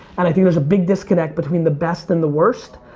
and i think there's a big disconnect between the best and the worst.